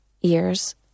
years